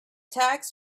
tax